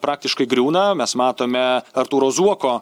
praktiškai griūna mes matome artūro zuoko